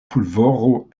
pulvoro